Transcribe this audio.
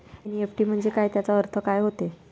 NEFT म्हंजे काय, त्याचा अर्थ काय होते?